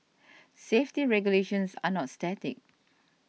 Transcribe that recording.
safety regulations are not static